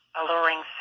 alluring